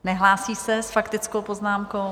Nehlásí se s faktickou poznámkou?